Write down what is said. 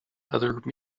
other